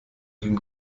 den